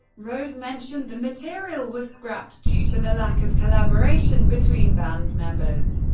rose mentioned the material was scrapped due to the lack of collaboration between band members.